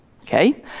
Okay